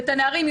הנערים,